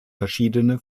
verschiedene